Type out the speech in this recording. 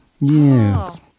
Yes